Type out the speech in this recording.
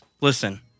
Listen